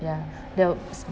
ya that would